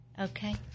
Okay